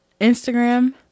instagram